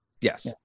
Yes